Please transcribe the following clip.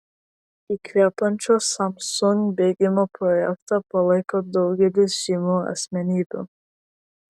įkvepiančio samsung bėgimo projektą palaiko daugelis žymių asmenybių